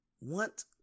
want